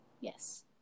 Yes